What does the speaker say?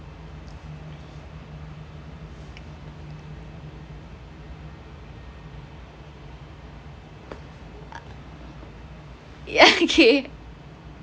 okay